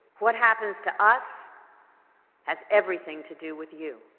what happens to us has everything to do with you.